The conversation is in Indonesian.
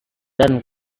dan